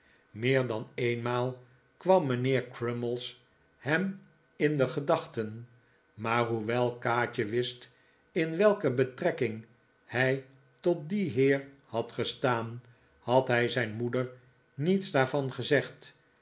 meer dan eenmaal kwam mijnheer crummies hem in de gedachten maar hoewel kaatje wist in welke betrekking hij tot dien heer had gestaan had hij zijn moeder niets daarvan gezegd